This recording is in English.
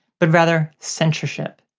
but rather censorship.